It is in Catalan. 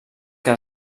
que